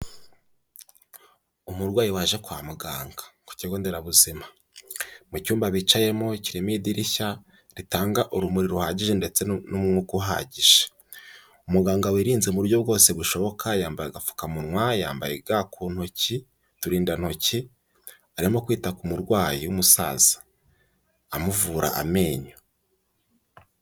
Umurwayi waje kwa muganga ku kigo nderabuzima, mu cyumba bicayemo kirimo idirishya ritanga urumuri ruhagije ndetse n'umwuka uhagije, umuganga wirinze buryo bwose bushoboka yambaye agapfukamunwa, yambaye ga ku ntoki, uturindantoki arimo kwita ku murwayi w'umusaza amuvura amenyo.